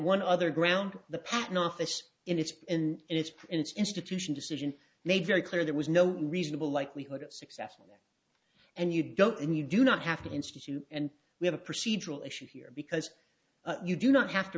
one other ground the patent office in its in its in its institution decision made very clear there was no reasonable likelihood of success and you don't and you do not have to institute and we have a procedural issue here because you do not have to